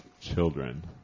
children